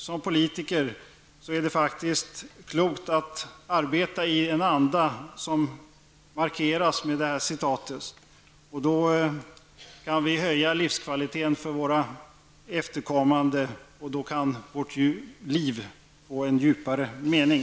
Som politiker tycker jag faktiskt att det är klokt att arbeta i den anda som kommer till uttryck i det uttalande som jag här har återgett. Då kan vi höja livskvaliteten för våra efterkommande, och våra egna liv kan få en djupare mening.